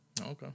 Okay